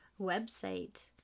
Website